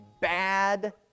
bad